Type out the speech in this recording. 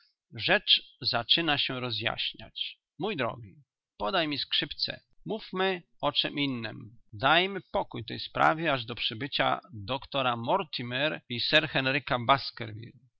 rzecz zaczyna się rozjaśniać mój drogi podaj mi skrzypce mówmy o czem innem dajmy pokój tej sprawie aż do przybycia doktora mortimer i sir henryka